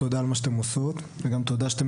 תודה על כל מה שאתן עושות וגם תודה שאתן